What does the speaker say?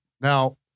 Now